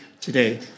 today